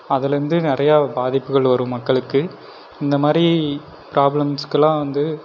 அதில் வந்து நிறையா பாதிப்புகள் வரும் மக்களுக்கு இந்த மாதிரி ப்ராப்ளம்ஸ்க்குலாம் வந்து